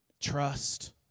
Trust